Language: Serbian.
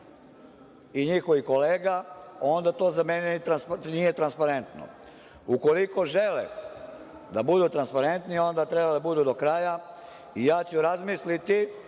i njihovih kolega, onda to za mene nije transparentno. Ukoliko žele da budu transparentni, onda treba da bude do kraja i ja ću razmisliti